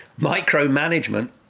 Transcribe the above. micromanagement